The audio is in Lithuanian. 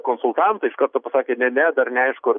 konsultantai iš karto pasakė ne ne dar neaišku